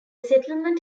settlement